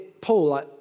Paul